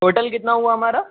total کتنا ہوا ہمارا